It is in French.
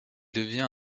devient